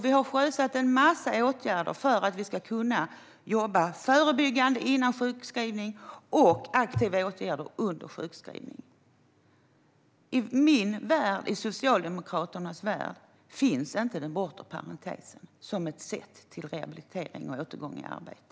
Vi har sjösatt en mängd åtgärder för att vi ska kunna jobba förebyggande före sjukskrivning och ha aktiva åtgärder under sjukskrivning. I min och Socialdemokraternas värld finns inte den bortre parentesen som ett sätt till rehabilitering och återgång i arbete.